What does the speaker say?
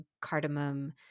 cardamom